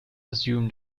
assume